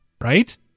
right